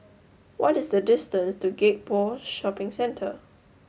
what is the distance to Gek Poh Shopping Centre